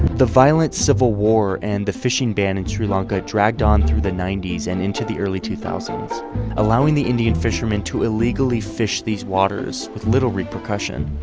the violent civil war and the fishing ban in sri lanka dragged on through the ninety s and into the early two thousand allowing the indian fishermen to illegally fish these waters with little repercussion.